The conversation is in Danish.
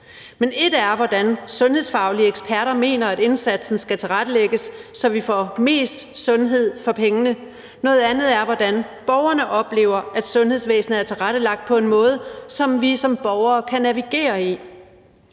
Men ét er, hvordan sundhedsfaglige eksperter mener indsatsen skal tilrettelægges, så vi får mest sundhed for pengene, noget andet er, hvordan borgerne oplever at sundhedsvæsenet er tilrettelagt. Det skal jo være på en måde, som vi som borgere kan navigere i.